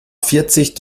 vierzig